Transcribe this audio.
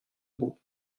beau